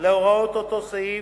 להוראות אותו סעיף,